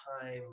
time